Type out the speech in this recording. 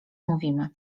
mówimy